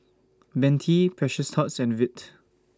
Bentley Precious Thots and Veet